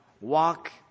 Walk